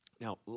Now